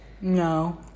No